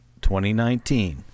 2019